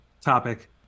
topic